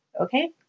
okay